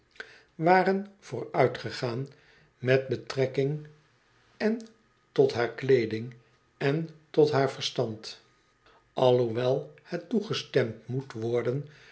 waren vooruitgegaan met betrekking en tot haar kleeding èn tot haar verstand alhoewel het toegestemd moet worden